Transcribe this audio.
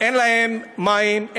אין להם מים,